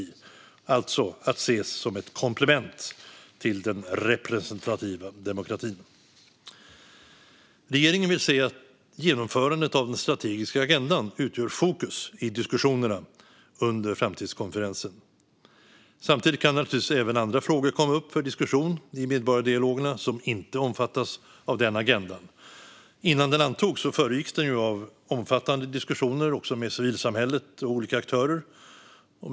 De är alltså att se som ett komplement till den representativa demokratin. Regeringen vill se att genomförandet av den strategiska agendan utgör fokus i diskussionerna under framtidskonferensen. Samtidigt kan naturligtvis även andra frågor, som inte omfattas av den agendan, komma upp för diskussion i medborgardialogerna. Innan agendan antogs föregicks den av omfattande diskussioner med civilsamhället och olika aktörer.